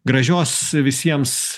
gražios visiems